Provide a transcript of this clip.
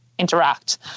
interact